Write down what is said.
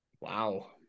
Wow